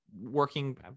working